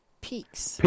peaks